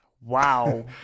wow